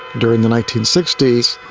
during the nineteen sixty s,